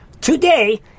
Today